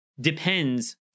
depends